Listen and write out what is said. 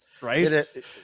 Right